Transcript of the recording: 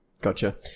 Gotcha